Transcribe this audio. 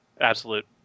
Absolute